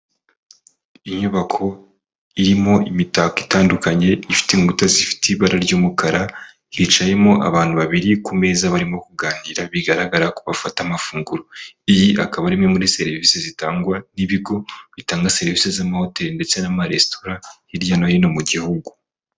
Inyubako irimo imitako itandukanye, ifite inkuta zifite ibara ry'umukara, hicayemo abantu babiri ku meza barimo kuganira, bigaragara ko bafata amafunguro. Iyi akaba ari imwe muri serivisi zitangwa n'ibigo bitanga serivisi z'amahoteri ndetse n'amaresitora hirya no hino mu gihugu.